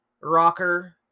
rocker